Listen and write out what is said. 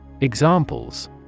Examples